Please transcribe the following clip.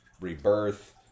rebirth